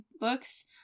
books